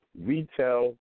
Retail